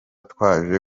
twaje